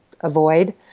avoid